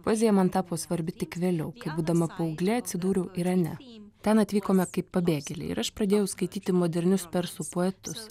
poezija man tapo svarbi tik vėliau kai būdama paauglė atsidūriau irane ten atvykome kaip pabėgėliai ir aš pradėjau skaityti modernius persų poetus